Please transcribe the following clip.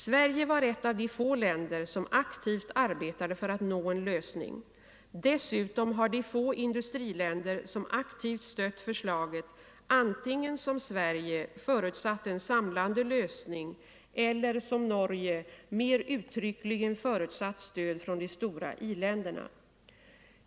Sverige var ett av de få länder som aktivt arbetade för att nå en lösning. Dessutom har de få industriländer som aktivt stött förslaget antingen, som Sverige, förutsatt en samlande lösning eller, som Norge, mer uttryckligt förutsatt stöd från de stora i-länderna.